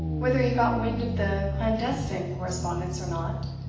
whether he got wind of the clandestine correspondence or not,